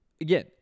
again